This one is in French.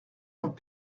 compte